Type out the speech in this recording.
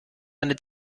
eine